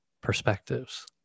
perspectives